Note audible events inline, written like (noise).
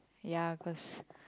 ya cause (noise)